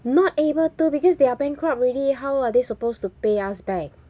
not able to because they are bankrupt already how are they supposed to pay us back